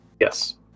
Yes